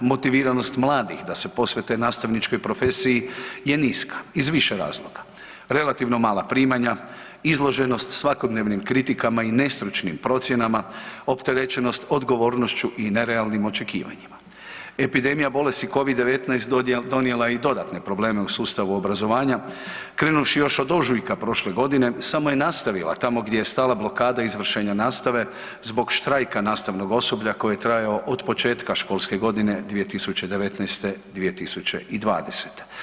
Motiviranost mladih da se posvete nastavničkoj profesiji je niska iz više razloga – relativno mala primanja, izloženost svakodnevnim kritikama i nestručnim procjenama, opterećenost odgovornošću i nerealnim očekivanjima, epidemija bolesti covid-19 donijela je i dodatne probleme u sustavu obrazovanja krenuvši još od ožujka prošle godine samo je nastavila tamo gdje je stala blokada izvršenja nastave zbog štrajka nastavnog osoblja koji je trajao od početka školske godine 2019., 2020.